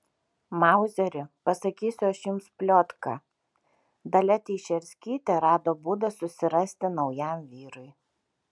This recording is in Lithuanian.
mauzeri pasakysiu aš jums pliotką dalia teišerskytė rado būdą susirasti naujam vyrui